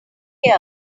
him